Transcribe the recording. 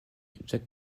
jacques